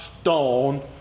stone